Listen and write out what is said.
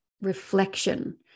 reflection